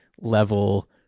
level